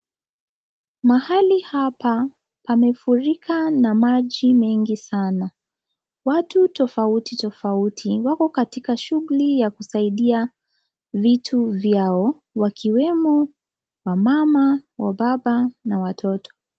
Mahali hapa pamefurika maji mingi sana, watu tofauti tofauti wako katika shughuli ya kusaidia vitu vyao wakiwemo wamama, wababa na watoto.